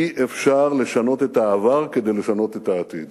אי-אפשר לשנות את העבר כדי לשנות את העתיד